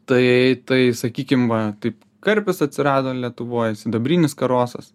tai tai sakykim va tai karpis atsirado lietuvoj sidabrinis karosas